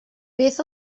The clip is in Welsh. beth